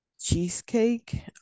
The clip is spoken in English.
cheesecake